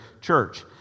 church